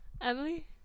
Emily